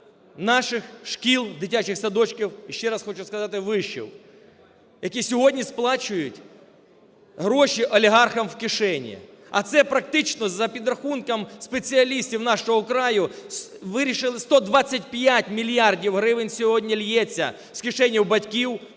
наших шкіл, дитячих садочків і ще раз хочу сказати, вишів, які сьогодні сплачують гроші олігархам в кишені. А це практично за підрахунками спеціалістів "Нашого краю", вирішило 125 мільярдів гривень сьогодні ллється з кишені батьків